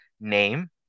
name